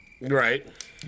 Right